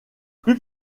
plus